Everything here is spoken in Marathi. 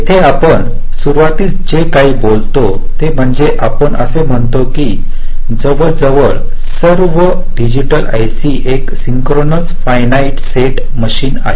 येथे आपण सुरुवातीस जे काही बोलतो ते म्हणजे आपण असे म्हणतो की जवळजवळ सर्व डिजिटल आयसी एक सिंक्रोनस फायनाईट सेट मशीन आहेत